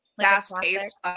fast-paced